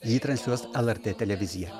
jį transliuos lrt televizija